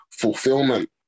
fulfillment